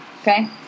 Okay